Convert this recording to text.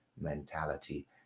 mentality